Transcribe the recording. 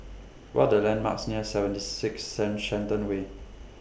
What The landmarks near seventy six Shen Shenton Way